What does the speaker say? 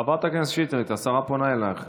חברת הכנסת שטרית, השרה פונה אלייך.